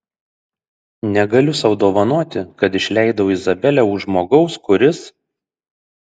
negaliu sau dovanoti kad išleidau izabelę už žmogaus kuris